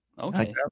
okay